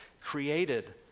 created